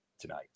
tonight